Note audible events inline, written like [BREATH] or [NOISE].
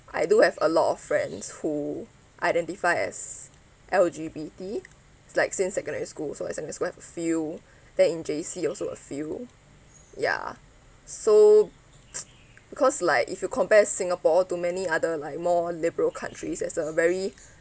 [BREATH] I do have a lot of friends who identify as L_G_B_T it's like since secondary school so in secondary school I have a few [BREATH] then in J_C also a few ya so [NOISE] because like if you compare in singapore to many other like more liberal countries there's a very